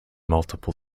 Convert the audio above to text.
multiple